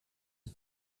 the